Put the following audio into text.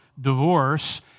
divorce